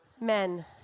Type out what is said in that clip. men